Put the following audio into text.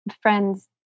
friends